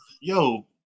yo